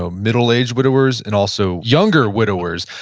ah middle-aged widowers, and also younger widowers.